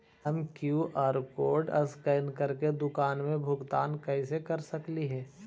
हम QR code scan करके दुकान में भुगतान कैसे कर सकली हे?